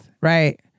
Right